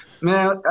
Man